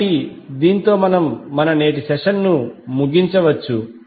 కాబట్టి దీనితో మనము మన నేటి సెషన్ను ముగించవచ్చు